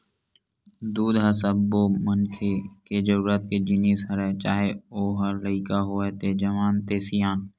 दूद ह सब्बो मनखे के जरूरत के जिनिस हरय चाहे ओ ह लइका होवय ते जवान ते सियान